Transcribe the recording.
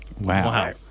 Wow